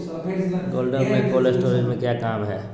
गोडम में cold storage का क्या काम है?